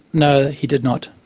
no, he did not.